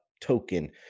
token